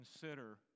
consider